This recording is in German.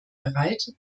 bereit